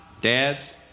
dads